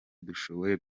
dushoboye